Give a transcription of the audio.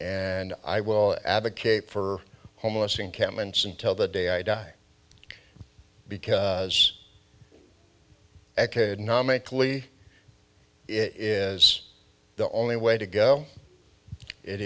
and i will advocate for homeless encampments until the day i die because economically it is the only way to go it